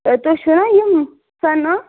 تہٕ تُہۍ چھُو نا یِم سَنا